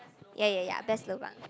ya ya ya best lobang